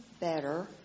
better